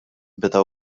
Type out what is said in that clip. beda